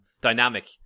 dynamic